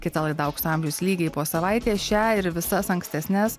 kita laida aukso amžius lygiai po savaitės šią ir visas ankstesnes